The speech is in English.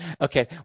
Okay